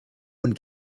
und